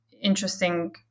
interesting